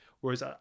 Whereas